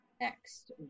Next